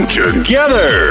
together